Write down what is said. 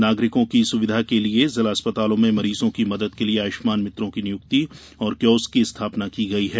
नागरिकों की सुविधा के लिये जिला अस्पतालों में मरीजों की मदद के लिये आयुष्मान मित्रों की नियुक्ति और कोयोस्क की स्थापना की गयी है